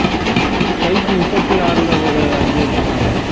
size முப்பத்தி ஆறில் ஒரு அஞ்சு எடுத்துக்கலாங்க